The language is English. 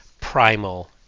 primal